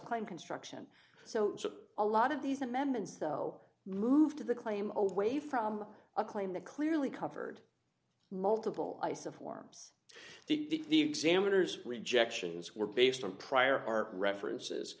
claim construction so a lot of these amendments though move to the claim away from a claim that clearly covered multiple ice of forms if the examiners rejections were based on prior art references